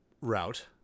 route